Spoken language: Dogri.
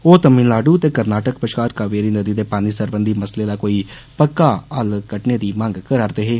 ओह तमिलनाडु ते कर्नाटक बष्कार कावेरी नदी दे पानी सरबंधी मसले दा कोई पक्का हल कड्डने दी मंग करा रदे हे